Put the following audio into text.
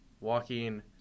walking